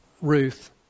Ruth